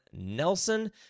Nelson